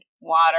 water